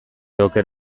oker